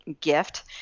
gift